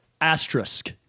Asterisk